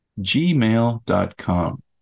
gmail.com